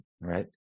Right